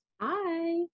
Hi